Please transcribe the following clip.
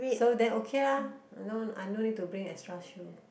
so then okay lah I no I no need to bring extra shoe